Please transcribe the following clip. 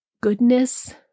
goodness